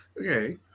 okay